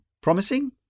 promising